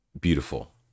Beautiful